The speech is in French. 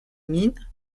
mines